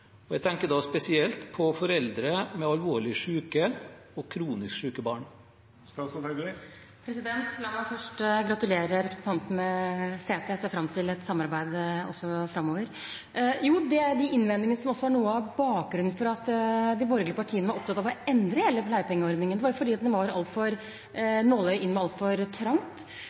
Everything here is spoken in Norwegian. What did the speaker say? vår? Jeg tenker spesielt på foreldre med alvorlig syke og kronisk syke barn. La meg først gratulere representanten med setet. Jeg ser fram til et samarbeid også framover. De innvendingene som også var noe av bakgrunnen for at de borgerlige partiene var opptatt av å endre hele pleiepengeordningen, var at nåløyet inn var altfor trangt. Den omfattet svært få, det var et skjønnsmessig og komplisert regelverk, folk gikk ut og inn